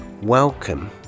Welcome